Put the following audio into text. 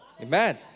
Amen